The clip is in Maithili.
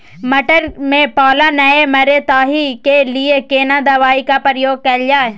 मटर में पाला नैय मरे ताहि के लिए केना दवाई के प्रयोग कैल जाए?